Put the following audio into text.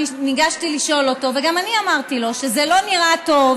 ניגשתי לשאול אותו וגם אמרתי לו שזה לא נראה טוב,